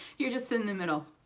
you're just in the middle,